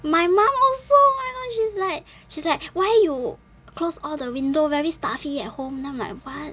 my mom also my god she's like she's like why you close all the window very stuffy at home then like what